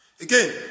Again